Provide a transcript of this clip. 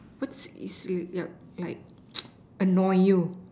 what's is your yup like annoy you